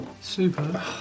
Super